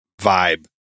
vibe